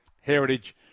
Heritage